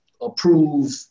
approve